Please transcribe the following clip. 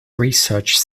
research